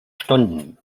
stunden